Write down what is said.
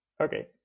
Okay